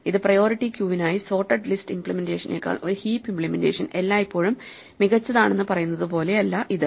ഇത് പ്രയോറിറ്റി ക്യൂവിനായി sorted list ഇമ്പ്ലിമെന്റേഷനെക്കാൾ ഒരു ഹീപ്പ് ഇമ്പ്ലിമെന്റേഷൻ എല്ലായ്പ്പോഴും മികച്ചതാണെന്ന് പറയുന്നത് പോലെയല്ല ഇത്